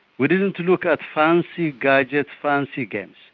we didn't look at fancy gadgets, fancy games.